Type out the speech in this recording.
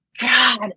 God